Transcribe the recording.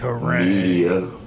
media